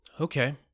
Okay